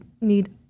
need